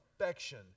affection